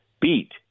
beat